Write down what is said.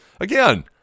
again